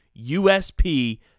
USP